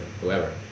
whoever